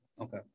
Okay